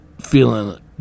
feeling